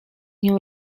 nią